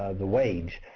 the wage,